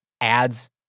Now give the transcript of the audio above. ads